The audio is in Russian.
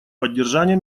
поддержание